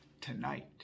tonight